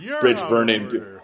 bridge-burning